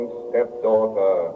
stepdaughter